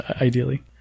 ideally